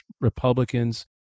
Republicans